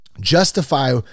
justify